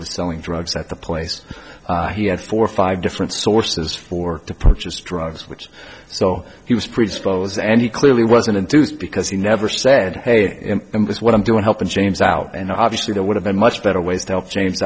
was selling drugs at the place he had four or five different sources for to purchase drugs which so he was predisposed and he clearly wasn't enthused because he never said hey guess what i'm doing helping james out and obviously there would have been much better ways to help james